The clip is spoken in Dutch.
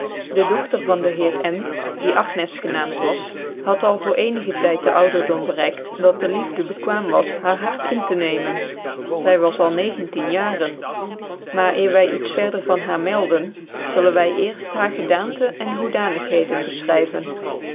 de dogter van de heer n d c agncs gciiaamt was had al voor ccnigc tyd de ouderdom bereikt dat de liefde bekwaam was haar hart in te nemen zy was al negentien jaren maar eerwy iets verder van haar melden zullen wy cerft baar gedaante cn hoedanigheden befchryven